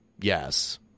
Yes